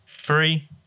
Three